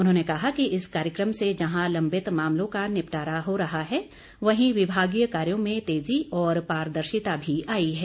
उन्होंने कहा कि इस कार्यक्रम से जहां लंबित मामलों का निपटारा हो रहा है वहीं विभागीय कार्यों में तेज़ी और पारदर्शिता भी आई है